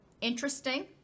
interesting